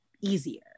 easier